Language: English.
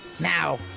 Now